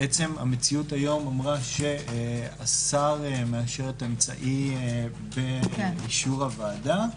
המציאות היום אמרה שהשר מאשר את אמצעי באישור הוועדה,